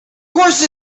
course